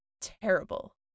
terrible